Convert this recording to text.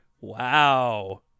Wow